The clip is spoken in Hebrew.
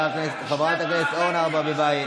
חברת הכנסת אורנה ברביבאי,